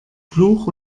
fluch